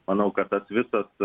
manau kad tas visas